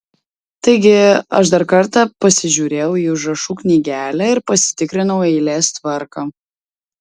taigi aš dar kartą pasižiūrėjau į užrašų knygelę ir pasitikrinau eilės tvarką